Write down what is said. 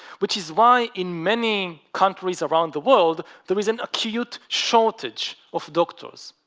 which is why in many? countries around the world there is an acute shortage of doctors